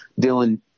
Dylan